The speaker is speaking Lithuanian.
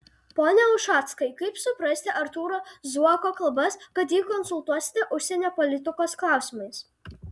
pone ušackai kaip suprasti artūro zuoko kalbas kad jį konsultuosite užsienio politikos klausimais